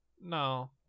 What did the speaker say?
No